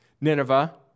Nineveh